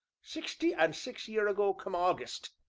sixty an' six year ago come august,